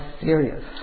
serious